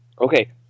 okay